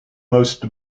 most